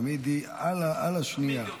תמיד היא על השנייה.